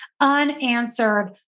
unanswered